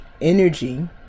energy